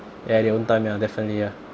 ya at your own time ya definitely ya